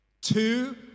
Two